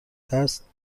دست